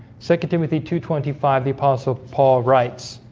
second timothy, two twenty five the apostle paul writes